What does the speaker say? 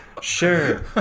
sure